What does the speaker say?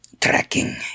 tracking